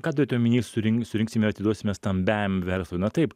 ką turėjot omeny surinkt surinksimeir atiduosime stambiajam verslui na taip